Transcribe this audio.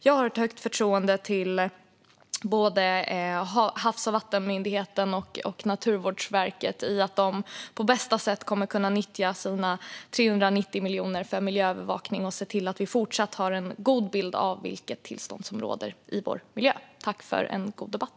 Jag har ett högt förtroende för att både Havs och vattenmyndigheten och Naturvårdsverket på bästa sätt kommer att kunna nyttja sina 390 miljoner för miljöövervakning och se till att vi fortsatt har en god bild av vilket tillstånd som råder i vår miljö. Tack för en god debatt!